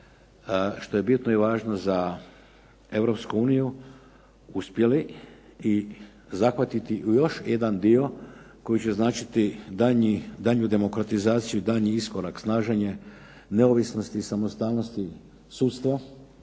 što je bitno i važno za Europsku uniju uspjeli i zahvatiti još jedan dio koji će značiti daljnju demokratizaciju, daljnji iskorak, snaženje neovisnosti i samostalnosti sudstva,